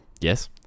Yes